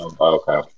Okay